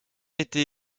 été